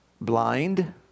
blind